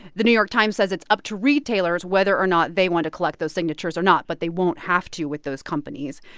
the new york times says it's up to retailers whether or not they want to collect those signatures or not, but they won't have to with those companies.